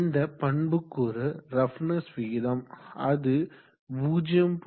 இந்த பண்புகூறு ரஃப்னஸ் விகிதம் அது 0